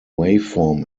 waveform